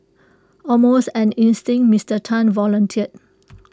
almost on instinct Mister Tan volunteered